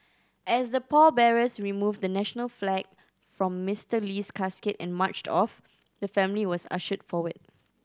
as the pallbearers removed the national flag from Mister Lee's casket and marched off the family was ushered forward